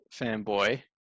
fanboy